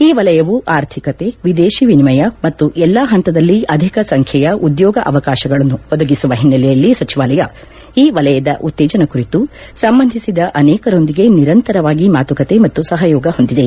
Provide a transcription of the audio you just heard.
ಈ ವಲಯ ಆರ್ಥಿಕತೆ ವಿದೇಶಿ ವಿನಿಮಯ ಮತ್ತು ಎಲ್ಲಾ ಹಂತದಲ್ಲಿ ಅಧಿಕ ಸಂಖ್ಯೆಯ ಉದ್ಯೋಗ ಅವಕಾಶಗಳನ್ನು ಒದಗಿಸುವ ಹಿನ್ನೆಲೆಯಲ್ಲಿ ಸಚಿವಾಲಯ ಈ ವಲಯದ ಉತ್ತೇಜನ ಕುರಿತು ಸಂಬಂಧಿಸಿದ ಅನೇಕರೊಂದಿಗೆ ನಿರಂತರವಾಗಿ ಮಾತುಕತೆ ಮತ್ತು ಸಹಯೋಗ ಹೊಂದಿದೆ